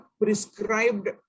prescribed